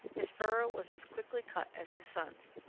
his furrow was as quickly cut as his son's,